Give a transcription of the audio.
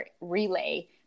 relay